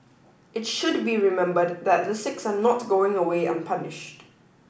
it should be remembered that the six are not going away unpunished